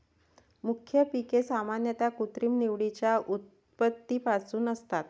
मुख्य पिके सामान्यतः कृत्रिम निवडीच्या उत्पत्तीपासून असतात